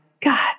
God